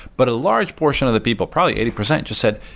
but a large portion of the people, probably eighty percent, just said,